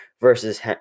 versus